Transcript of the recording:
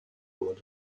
wurde